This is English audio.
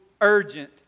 urgent